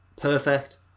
perfect